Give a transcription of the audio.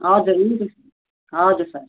हजुर हुन्छ सर हजुर सर